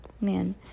Man